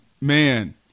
Man